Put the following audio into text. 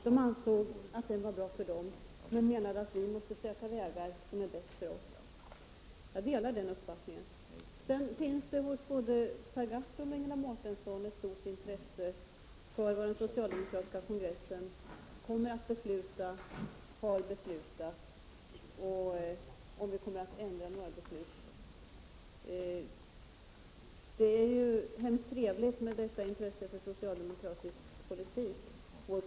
De ansåg att den var bra för dem, men menade att vi måste söka vägar som är bäst för oss. Jag delar den uppfattningen. Det finns hos både Per Gahrton och Ingela Mårtensson ett stort intresse för vad den socialdemokratiska kongressen kommer att besluta och har beslutat och om den kommer att ändra några beslut. Det är mycket trevligt med detta intresse för socialdemokratisk politik.